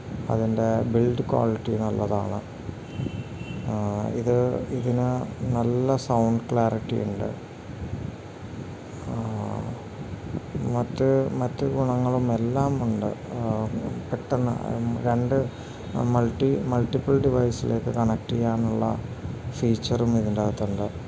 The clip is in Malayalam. അതിൻ്റെ ബിൽഡ് ക്വാളിറ്റി നല്ലതാണ് ഇത് ഇതിന് നല്ല സൗണ്ട് ക്ലാരിറ്റി ഉണ്ട് മറ്റു മറ്റു ഗുണങ്ങളും എല്ലാമുണ്ട് പെട്ടെന്ന് രണ്ട് മൾട്ടിപ്പിൾ ഡിവൈസിലേക്ക് കണക്ട് ചെയ്യാനുള്ള ഫീച്ചറും ഇതിൻ്റെ അകത്തുണ്ട്